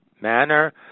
manner